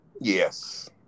Yes